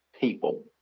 people